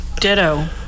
Ditto